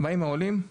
באים העולים,